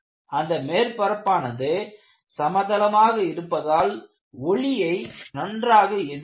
அந்த மேற்பறப்பானது சமதளமாக இருப்பதால் ஒளியை நன்றாக எதிரொளிக்கும்